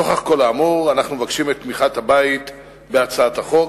נוכח כל האמור אנו מבקשים את תמיכת הבית בהצעת החוק,